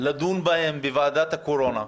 לדון בהם בוועדת הקורונה,